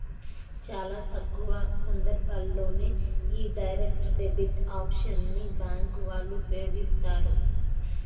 చాలా తక్కువ సందర్భాల్లోనే యీ డైరెక్ట్ డెబిట్ ఆప్షన్ ని బ్యేంకు వాళ్ళు ఉపయోగిత్తారు